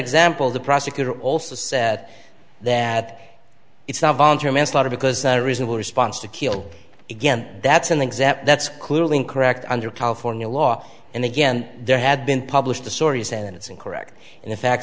example the prosecutor also said that it's not voluntary manslaughter because a reasonable response to kill again that's an exact that's clearly incorrect under california law and again there had been published the stories and it's incorrect in fact